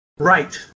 Right